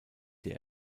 der